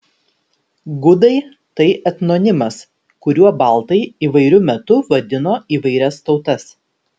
gudai tai etnonimas kuriuo baltai įvairiu metu vadino įvairias tautas